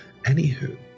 Anywho